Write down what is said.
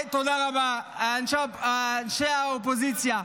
תודה רבה, אנשי האופוזיציה.